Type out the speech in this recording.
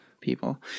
People